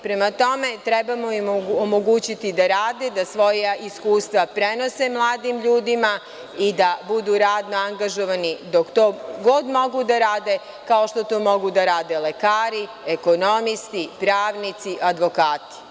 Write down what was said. Prema tome, trebamo im omogućiti da rade da svoja iskustva prenose mladim ljudima i da budu radno angažovani dok god mogu da rade kao što to mogu da rade lekari, ekonomski, pravnici, advokati.